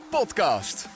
Podcast